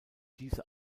diese